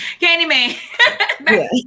Candyman